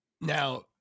Now